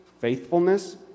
faithfulness